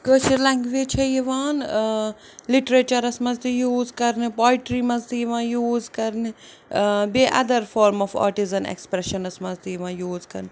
کٲشِر language چھِ یِوان ٲں لِٹرٛیچَرَس منٛز تہِ یوٗز کَرنہٕ پۄایٹرٛی منٛز تہِ یِوان یوٗز کَرنہٕ ٲں بیٚیہِ اَدَر فارم آف آرٹِزَن ایٚکٕسپرٛیٚشَنَس منٛز تہِ یِوان یوٗز کَرنہٕ